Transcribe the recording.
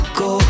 go